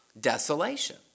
desolation